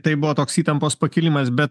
tai buvo toks įtampos pakilimas bet